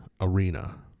arena